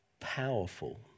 powerful